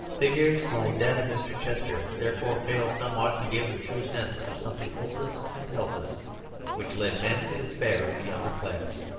figures like that of mr. chester, therefore, fail somewhat to give the true sense of something hopeless and helpless which led men to despair of the upper class.